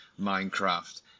Minecraft